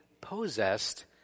possessed